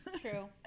True